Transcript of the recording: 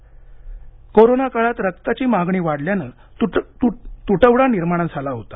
रक्तदान कोरोनाकाळात रक्ताची मागणी वाढल्यानं तुटवडा निर्माण झाला होता